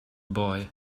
boy